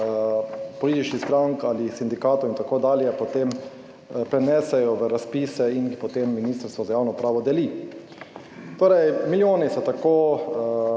političnih strank ali sindikatov in tako dalje, potem prenesejo v razpise in jih potem Ministrstvo za javno upravo deli. Torej, milijoni tako